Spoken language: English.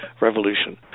revolution